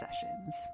sessions